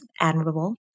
admirable